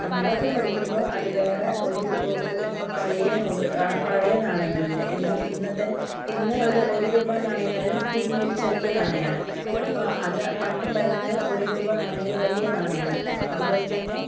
നമ്മളൊക്കെ പഠിക്കുമ്പോൾ അത് വേറെ ഒരു ഒ ഓ ഇപ്പോൾ പഴയ നോട്ട് പഴയ നാണയങ്ങളുണ്ട് എന്നാൽ ഇന്നത്തെ ഇന്ന് ഒരു ഒരു രൂപ നാണയം എന്ന് പറഞ്ഞാൽ കുഞ്ഞ് ഒരു ചെറിയ നാണയമാണ് അപ്പോൾ അത് പണ്ടുണ്ടായിരുന്നത് ഒരു രൂപ നാണയം അത് വലിയ നാണയമാണ് അതുപോലെത്തന്നെ